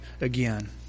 again